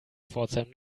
pforzheim